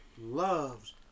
loves